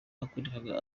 yakoraga